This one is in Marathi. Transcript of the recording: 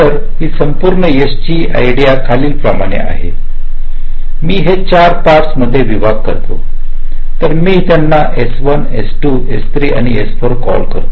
तर ही संपूर्ण S ची आयडिया खालील प्रमाणे आहे मी हे एक चार पार्टस मध्ये विभाग करते तर मी त्यांना S1 S2 S3 आणि S4 कॉल करते